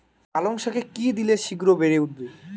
পালং শাকে কি দিলে শিঘ্র বেড়ে উঠবে?